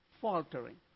faltering